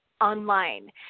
online